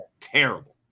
terrible